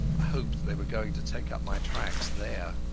i hoped they were going to take up my tracks there.